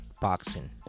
boxing